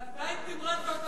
ועדיין תמרנת אותנו לבידוד.